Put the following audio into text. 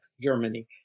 Germany